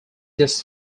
this